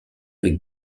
avec